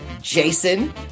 Jason